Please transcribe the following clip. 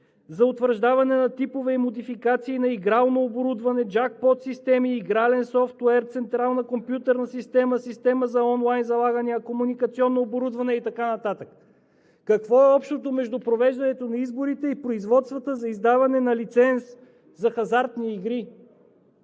за утвърждаване на типове и модификации на игрално оборудване, джакпот системи, игрален софтуер, централна компютърна система, система за онлайн залагания, комуникационно оборудване и така нататък? Какво е общото между провеждането на изборите и производствата за издаване на лиценз за хазартни игри?